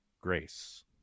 grace